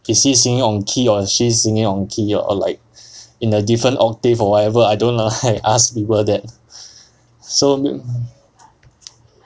is he singing on key or is she singing on key or like in a different octave or whatever I don't like ask people that so